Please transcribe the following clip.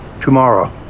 tomorrow